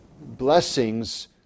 blessings